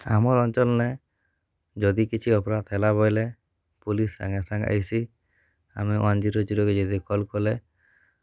ଆମର ଅଞ୍ଚଳରେ ଯଦି କିଛି ଅପରାଧ ହେଲା ବୋଇଲେ ପୋଲିସ ସାଙ୍ଗେ ସାଙ୍ଗେ ଆସି ଆମେ ୱନ୍ ଜିରୋ ଜିରୋକୁ ଯଦି କଲ କଲେ